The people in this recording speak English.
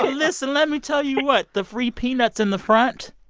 listen let me tell you what. the free peanuts in the front.